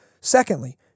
Secondly